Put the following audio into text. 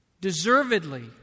Deservedly